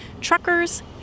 truckers